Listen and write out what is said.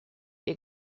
ihr